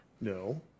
no